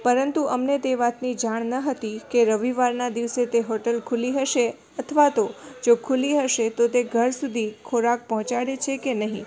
પરંતુ અમને તે વાતની જાણ ન હતી કે રવિવારના દિવસે તે હોટલ ખુલ્લી હશે અથવા તો જો ખુલ્લી હશે તો તે ઘર સુધી ખોરાક પહોંચાડે છે કે નહીં